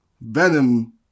Venom